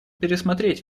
пересмотреть